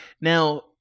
now